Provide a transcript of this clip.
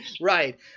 right